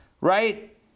right